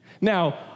Now